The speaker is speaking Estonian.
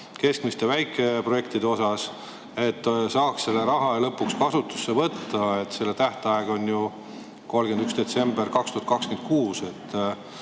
keskmiste ja väikeprojektide osas, et saaks selle raha lõpuks kasutusse võtta? Selle tähtaeg on ju 31. detsember 2026. See